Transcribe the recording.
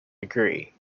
degree